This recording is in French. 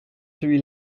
celui